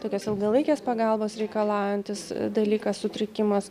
tokios ilgalaikės pagalbos reikalaujantis dalykas sutrikimas